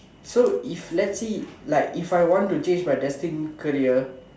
so if let's say like if I want to change my destined career